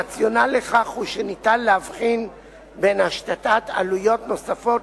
הרציונל לכך הוא שאפשר להבחין בין השתת עלויות נוספות